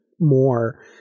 more